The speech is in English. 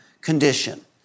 condition